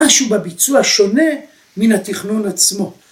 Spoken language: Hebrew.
‫משהו בביצוע שונה מן התכנון עצמו.